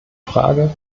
frage